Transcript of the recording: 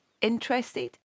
Interested